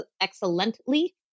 excellently